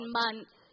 months